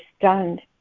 stunned